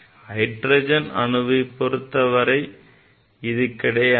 hydrogen அணுவைப் பொருத்தவரை இது கிடையாது